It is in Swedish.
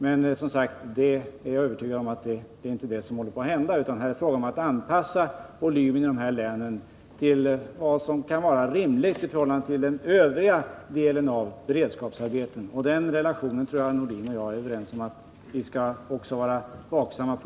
Men jag är som sagt övertygad om att det inte är det som håller på att hända, utan det är fråga om att anpassa volymen av beredskapsarbetena i de här länen till vad som kan vara rimligt i förhållande till den övriga delen av landet. Att den relationen är rimlig tror jag att Sven-Erik Nordin och jag är överens om att vi skall vara vaksamma på.